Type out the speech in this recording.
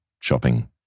Shopping